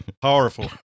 powerful